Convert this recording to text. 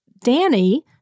Danny